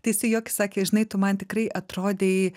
tai jisai juokėsi sakė žinai tu man tikrai atrodei